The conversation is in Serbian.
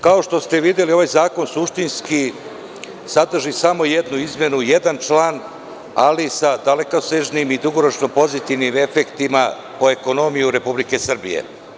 Kao što ste videli ovaj zakon suštinski sadrži samo jednu izmenu, jedan član, ali sa dalekosežnim i dugoročno pozitivnim efektima po ekonomiji Republike Srbije.